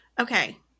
Okay